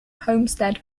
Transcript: homestead